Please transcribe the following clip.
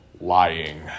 Lying